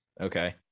Okay